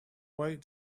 wait